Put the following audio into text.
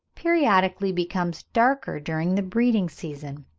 periodically becomes darker during the breeding-season.